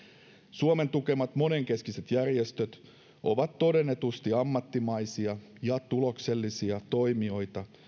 suomen tukemat monenkeskiset järjestöt ovat todennetusti ammattimaisia ja tuloksellisia toimijoita